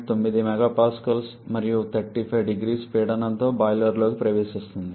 9 MPa మరియు 350C పీడనం తో బాయిలర్లోకి ప్రవేశిస్తుంది